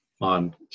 on